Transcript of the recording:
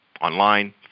online